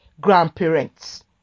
grandparents